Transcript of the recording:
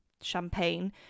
champagne